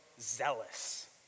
zealous